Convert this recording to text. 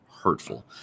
hurtful